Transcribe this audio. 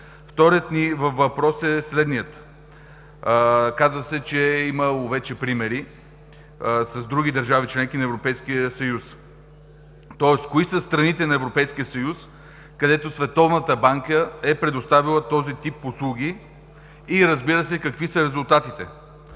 Вторият ни въпрос е следният: казва се, че имало вече примери с други държави – членки на Европейския съюз. Кои са страните на Европейския съюз, където Световната банка е предоставила този тип услуги и, разбира се, какви са резултатите?